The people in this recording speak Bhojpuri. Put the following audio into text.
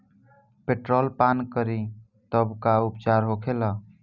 पेट्रोल पान करी तब का उपचार होखेला?